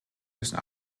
müssen